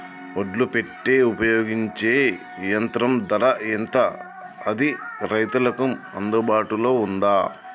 ఒడ్లు పెట్టే ఉపయోగించే యంత్రం ధర ఎంత అది రైతులకు అందుబాటులో ఉందా?